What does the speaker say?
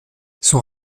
son